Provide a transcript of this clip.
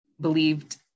believed